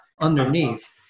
underneath